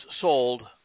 sold